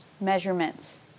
measurements